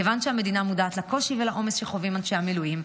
כיוון שהמדינה מודעת לקושי ולעומס שחווים אנשי המילואים,